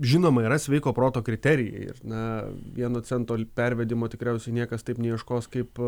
žinoma yra sveiko proto kriterijai ir na vieno cento pervedimo tikriausiai niekas taip neieškos kaip